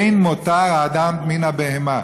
אין מותר לאדם מן הבהמה",